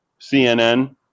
CNN